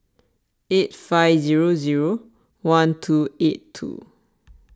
eight five zero zero one two eight two